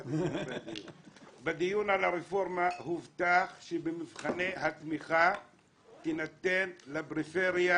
בדיון על הרפורמה הובטח שבמבחני התמיכה תינתן לפריפריה